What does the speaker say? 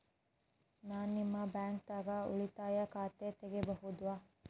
ನಾ ನಿಮ್ಮ ಬ್ಯಾಂಕ್ ದಾಗ ಉಳಿತಾಯ ಖಾತೆ ತೆಗಿಬಹುದ?